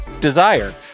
Desire